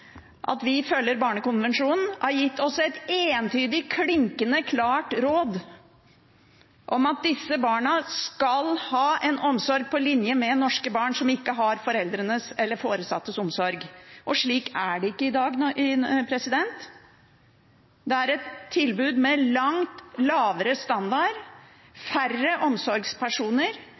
at vi følger barnekonvensjonen, sier, og som har gitt oss et entydig og klinkende klart råd om at disse barna skal ha omsorg på linje med den som norske barn som ikke har foreldres eller foresattes omsorg, har. Slik er det ikke i dag. Det er et tilbud med en langt lavere standard og færre omsorgspersoner.